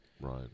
Right